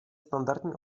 standardní